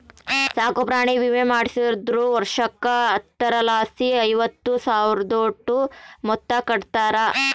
ಸಾಕುಪ್ರಾಣಿ ವಿಮೆ ಮಾಡಿಸ್ದೋರು ವರ್ಷುಕ್ಕ ಹತ್ತರಲಾಸಿ ಐವತ್ತು ಸಾವ್ರುದೋಟು ಮೊತ್ತ ಕಟ್ಟುತಾರ